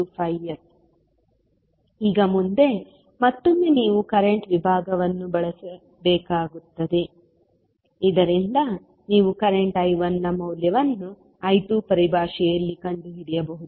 625S ಈಗ ಮುಂದೆ ಮತ್ತೊಮ್ಮೆ ನೀವು ಕರೆಂಟ್ ವಿಭಾಗವನ್ನು ಬಳಸಬೇಕಾಗುತ್ತದೆ ಇದರಿಂದ ನೀವು ಕರೆಂಟ್ I1 ನ ಮೌಲ್ಯವನ್ನು I2 ಪರಿಭಾಷೆಯಲ್ಲಿ ಕಂಡುಹಿಡಿಯಬಹುದು